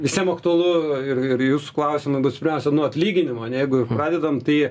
visiem aktualu ir ir jūsų klausimų bus pirmiausia nuo atlyginimo jeigu pradedam tai